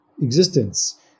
existence